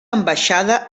ambaixada